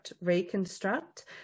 reconstruct